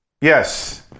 Yes